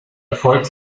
erfolg